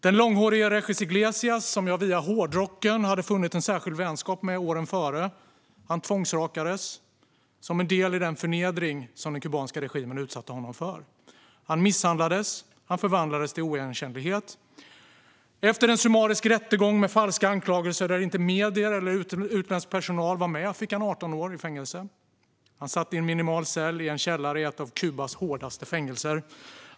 Den långhårige Regis Iglesias, som jag via hårdrocken hade funnit en särskild vänskap med åren före, tvångsrakades som en del i den förnedring som den kubanska regimen utsatte honom för. Han misshandlades och förvandlades till oigenkännlighet. Efter en summarisk rättegång med falska anklagelser där inte medier eller utländsk personal var med fick han 18 år i fängelse. Han satt i en minimal cell i en källare i ett av Kubas hårdaste fängelser.